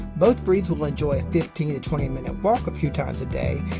both breeds will enjoy a fifteen twenty minute walk a few times a day,